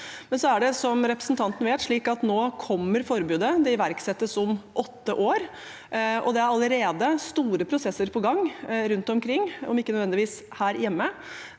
men så er det slik, som representanten vet, at nå kommer forbudet. Det iverksettes om åtte år. Det er allerede store prosesser på gang rundt omkring, om ikke nødvendigvis her hjemme,